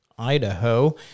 idaho